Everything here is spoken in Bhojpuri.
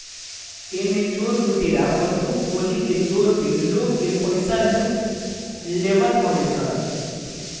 एमे चोर लुटेरा बंदूक गोली के जोर पे लोग के पईसा लूट लेवत हवे सन